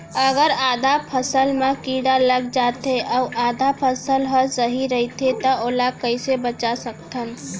अगर आधा फसल म कीड़ा लग जाथे अऊ आधा फसल ह सही रइथे त ओला कइसे बचा सकथन?